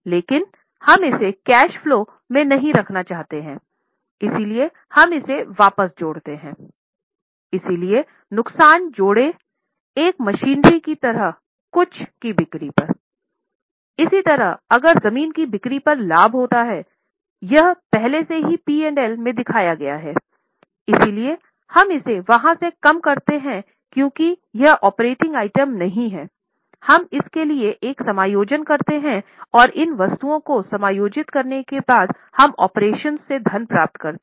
लेकिन हम इसे कैश फलो से धन प्राप्त करते हैं